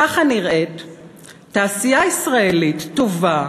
ככה נראית תעשייה ישראלית טובה,